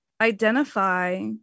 identify